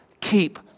keep